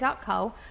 co